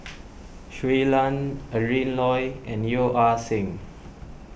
Shui Lan Adrin Loi and Yeo Ah Seng